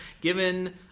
Given